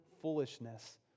foolishness